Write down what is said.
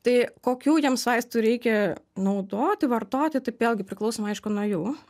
tai kokių jiems vaistų reikia naudoti vartoti taip vėlgi priklauso aišku nuo jų